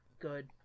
Good